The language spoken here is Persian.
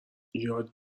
یاد